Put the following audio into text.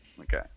okay